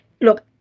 Look